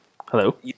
Hello